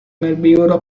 herbívoros